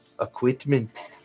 equipment